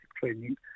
training